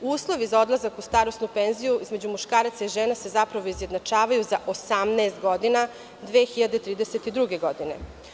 Uslovi za odlazak u starosnu penziju između muškaraca i žene se zapravo izjednačavaju za 18 godina, 2032. godine.